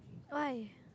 why